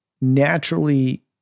naturally